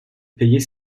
payer